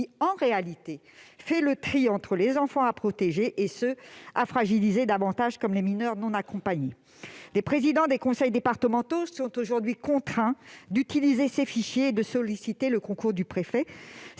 en réalité, fait le tri entre les enfants à protéger et ceux qu'il faut encore davantage fragiliser, tels que les mineurs non accompagnés. Les présidents des conseils départementaux sont aujourd'hui contraints d'utiliser ces fichiers et de solliciter le concours du préfet.